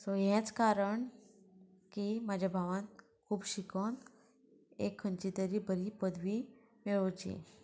so हेंच कारण की म्हाज्या भावांन खूब शिकोन एक खंयची तरी बरी पदवी मेळोवची